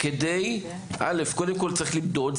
קודם כל צריך למדוד,